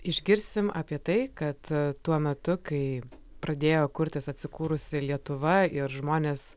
išgirsim apie tai kad tuo metu kai pradėjo kurtis atsikūrusi lietuva ir žmonės